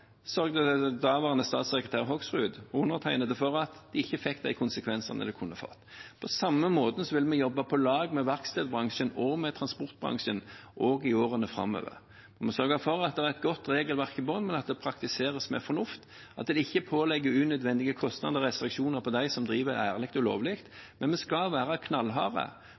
undertegnede for at det ikke fikk de konsekvensene det kunne ha fått. På samme måte vil vi jobbe på lag med verkstedbransjen og transportbransjen også i årene framover. Vi må sørge for at det er et godt regelverk i bunnen, men at det praktiseres med fornuft, og at det ikke pålegger unødvendige kostnader og restriksjoner på dem som driver ærlig og lovlig. Men vi skal være knallharde